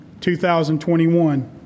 2021